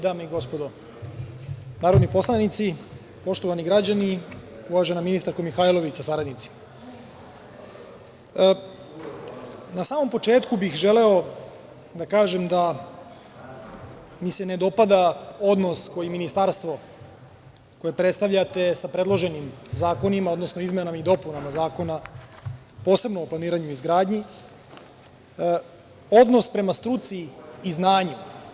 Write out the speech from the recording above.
Dame i gospodo narodni poslanici, poštovani građani i uvažena ministarko Mihajlović, sa saradnicima, na samom početku bih želeo da kažem da mi se ne dopada odnos koji Ministarstvo koje predstavljate sa predloženim zakonima, odnosno izmenama i dopunama zakona, posebno o planiranju i izgradnji, odnos prema struci i znanju.